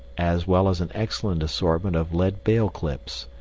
as well as an excellent assortment of lead bale clips.